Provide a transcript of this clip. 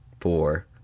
four